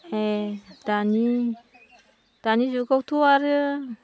ओइ दानि दानि जुगावथ' आरो